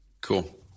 Cool